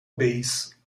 base